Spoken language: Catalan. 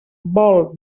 vol